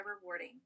rewarding